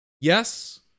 yes